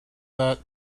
that